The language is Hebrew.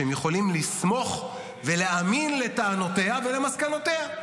שהם יכולים לסמוך עליה ולהאמין לטענותיה ולמסקנותיה.